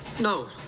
No